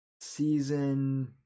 season